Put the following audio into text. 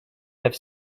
have